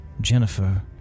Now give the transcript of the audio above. Jennifer